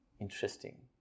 Interesting